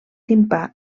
timpà